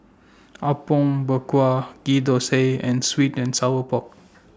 Apom Berkuah Ghee Thosai and Sweet and Sour Pork